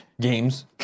games